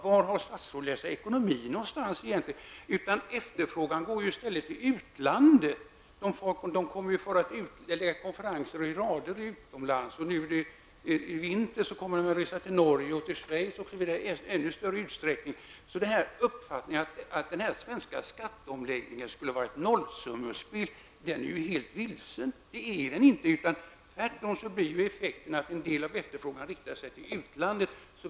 Var har statsrådet lärt sig ekonomi någonstans egentligen? Efterfrågan går ju i stället till utlandet. Konferenser kommer ju att förläggas till utlandet. I vinter kommer man att resa till Norge och Schweiz i större utsträckning än tidigare. Uppfattningen att den svenska skatteomläggningen skulle vara ett nollsummespel är helt felaktig. Tvärtom blir ju effekten den att en del av efterfrågan riktar sig till utlandet.